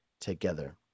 together